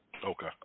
Okay